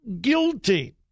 guilty